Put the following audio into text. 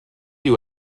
you